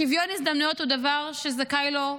שוויון הזדמנויות הוא דבר שזכאי לו,